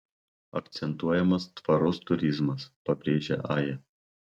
akcentuojamas tvarus turizmas pabrėžia aja